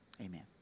Amen